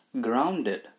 grounded